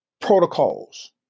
protocols